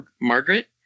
Margaret